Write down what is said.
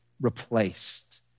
replaced